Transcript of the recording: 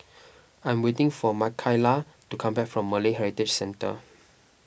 I am waiting for Makaila to come back from Malay Heritage Centre